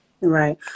right